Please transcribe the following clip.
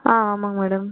ஆ ஆமாங்க மேடம்